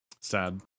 Sad